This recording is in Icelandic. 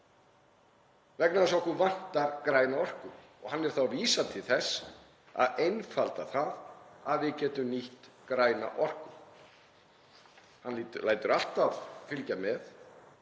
vegna þess að okkur vantar græna orku. Hann er þá að vísa til þess að einfalda það að við getum nýtt græna orku. Hann lætur alltaf fylgja með